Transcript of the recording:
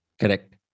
Correct